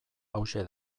hauxe